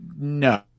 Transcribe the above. No